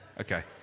Okay